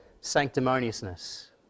sanctimoniousness